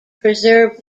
preserved